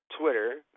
Twitter